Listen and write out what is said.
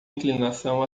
inclinação